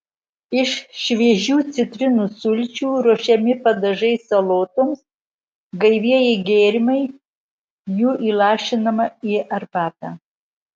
iš šviežių citrinų sulčių ruošiami padažai salotoms gaivieji gėrimai jų įlašinama į arbatą